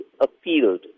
appealed